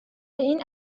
این